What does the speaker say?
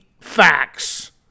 facts